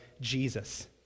Jesus